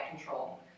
control